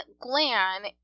gland